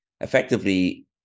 effectively